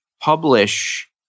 publish